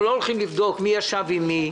אנחנו לא הולכים לבדוק מי ישב עם מי,